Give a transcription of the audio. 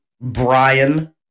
Brian